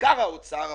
ובעיקר האוצר,